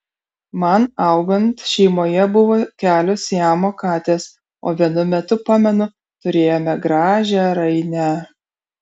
man augant šeimoje buvo kelios siamo katės o vienu metu pamenu turėjome gražią rainę